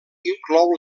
inclou